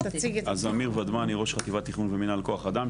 אמיר ודמני, ראש חטיבת תכנון ומנהל כוח אדם.